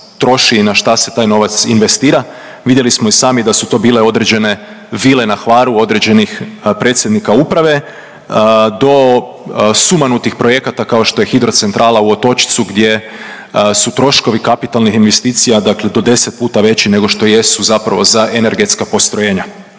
troši i na šta se taj novac investira. Vidjeli smo i sami da su to bile određene vile na Hvaru određenih predsjednika uprave do sumanutih projekata kao što je hidrocentrala u Otočcu gdje su troškovi kapitalnih investicija, dakle do 10 puta veći nego što jesu zapravo za energetska postrojenja.